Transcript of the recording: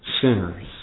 sinners